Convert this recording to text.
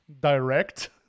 direct